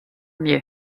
mieux